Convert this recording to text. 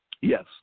Yes